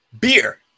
beer